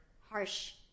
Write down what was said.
harsh